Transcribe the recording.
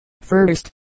First